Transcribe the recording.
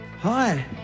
Hi